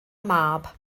mab